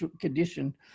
condition